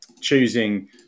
choosing